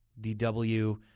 DW